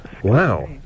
Wow